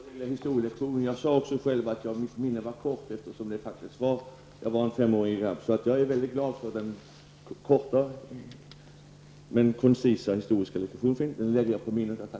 Herr talman! Jag vill tacka Jan-Erik Wikström för rättelsen. Själv sade jag också att mitt minne var kort, eftersom jag faktiskt bara var en femårig pojke vid tidpunkten i fråga. Därför är jag mycket glad för den korta men koncisa historieskrivningen. Den lägger jag på minnet.